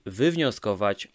wywnioskować